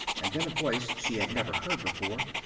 and then a voice she had never heard before,